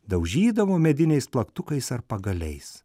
daužydavo mediniais plaktukais ar pagaliais